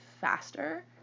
faster